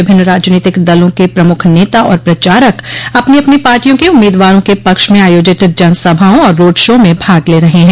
विभिन्न राजनीतिक दलों के प्रमुख नेता और प्रचारक अपनी अपनी पार्टियों के उम्मीदवारों के पक्ष में आयोजित जनसभाओं और रोड शो में भाग ले रहे हैं